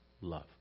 Love